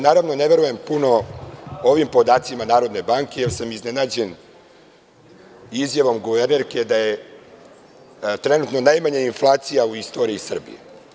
Naravno, ne verujem puno ovim podacima NBS, jer sam iznenađen izjavom guvernerke da je trenutno najmanja inflacija u istoriji Srbije.